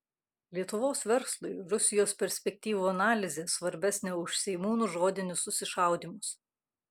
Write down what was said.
lietuvos verslui rusijos perspektyvų analizė svarbesnė už seimūnų žodinius susišaudymus